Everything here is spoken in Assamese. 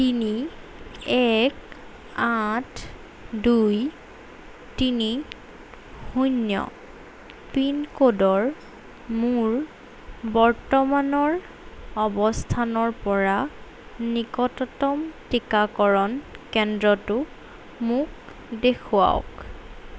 তিনি এক আঠ দুই তিনি শূন্য পিনক'ডৰ মোৰ বৰ্তমানৰ অৱস্থানৰপৰা নিকটতম টীকাকৰণ কেন্দ্ৰটো মোক দেখুৱাওক